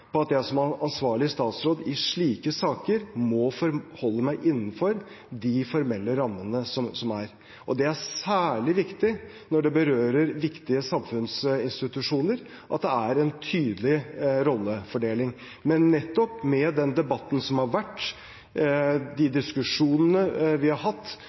på at jeg som ansvarlig statsråd i slike saker må holde meg innenfor de formelle rammene. Det er særlig viktig at det er en tydelig rollefordeling når det berører viktige samfunnsinstitusjoner. Men nettopp med den debatten som har vært, de diskusjonene vi har hatt,